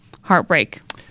heartbreak